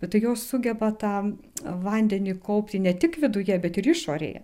bet tai jos sugeba tą vandenį kaupti ne tik viduje bet ir išorėje